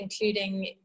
including